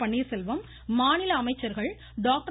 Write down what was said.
பன்னீர்செல்வம் மாநில அமைச்சா்கள் டாக்டர்